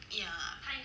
ya